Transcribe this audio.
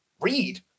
read